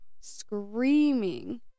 screaming